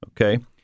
Okay